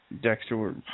Dexter